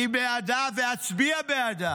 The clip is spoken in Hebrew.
אני בעדה ואצביע בעדה.